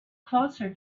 closer